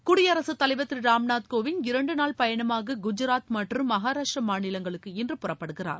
குடியரசுத் தலைவர் திரு ராம்நாத் கோவிந்த் இரண்டு நாள் பயணமாக குஜராத் மற்றும் மகாராஷ்டிர மாநிலங்களுக்கு இன்று புறப்படுகிறார்